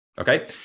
Okay